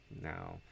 now